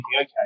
okay